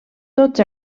tots